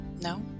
No